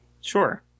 Sure